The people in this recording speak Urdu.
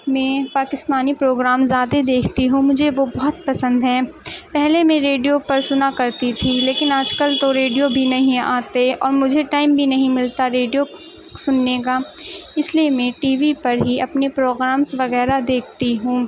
میں پاکستانی پروگرام زیادہ دیکھتی ہوں مجھے وہ بہت پسند ہیں پہلے میں ریڈیو پر سُنا کرتی تھی لیکن آج کل تو ریڈیو بھی نہیں آتے اور مجھے ٹائم بھی نہیں ملتا ریڈیو سُننے کا اِس لیے میں ٹی وی پر ہی اپنے پروگرامس وغیرہ دیکھتی ہوں